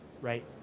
right